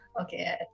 Okay